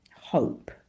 hope